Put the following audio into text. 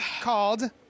called